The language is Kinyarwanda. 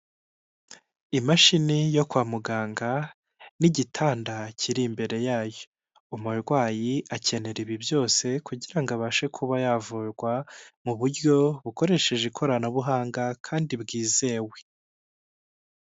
Imashini yo kwa muganga n'igitanda kiri imbere yayo, umurwayi akenera ibi byose kugira abashe kuba yavurwa, mu buryo bukoresheje ikoranabuhanga kandi bwizewe.